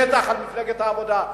בטח לא למפלגת העבודה.